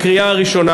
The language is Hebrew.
לקריאה הראשונה